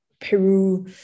Peru